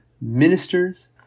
ministers